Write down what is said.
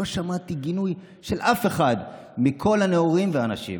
ולא שמעתי גינוי של אף אחד מכל הנאורים והאנשים.